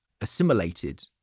assimilated